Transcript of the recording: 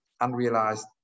unrealized